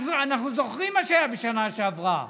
אנחנו זוכרים מה היה בשנה שעברה,